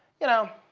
you know.